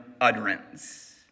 utterance